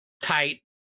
tight